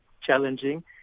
challenging